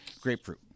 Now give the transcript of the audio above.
Grapefruit